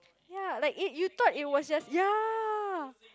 ya like you you thought it was your ya